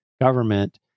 government